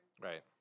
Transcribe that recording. Right